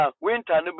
winter